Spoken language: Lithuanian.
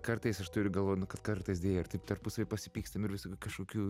kartais aš turiu galvoj kartais deja ir taip tarpusavy pasipykstam ir visokių kažkokių